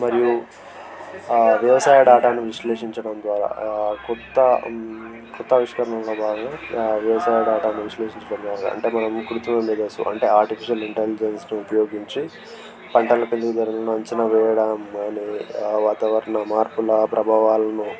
మరియు వ్యవసాయ డేటాను విశ్లేషించడం ద్వారా కొత్త కొత్త ఆవిష్కరణల ద్వారా వ్యవసాయ డేటాను విశ్లేషించడం ద్వారా అంటే మనం కృత్రిమ మేధస్సు అంటే ఆర్టిఫిషియల్ ఇంటెలిజెన్స్ను ఉపయోగించి పంటల పెరుగుదలను అంచనా వేయడం కాని వాతావరణ మార్పుల ప్రభావాలను